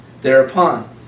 thereupon